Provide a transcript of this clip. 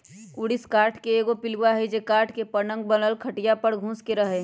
ऊरिस काठ के एगो पिलुआ हई जे काठ के बनल पलंग खटिया पर घुस के रहहै